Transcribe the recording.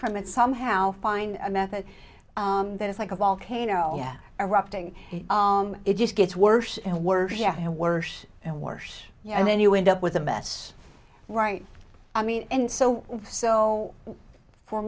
from it somehow find a method that is like a volcano yeah erupting it just gets worse and worse and worse and worse you know and then you end up with a mess right i mean and so so for